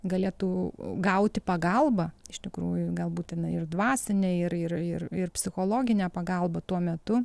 galėtų gauti pagalbą iš tikrųjų gal būtina ir dvasinę ir ir ir ir psichologinę pagalbą tuo metu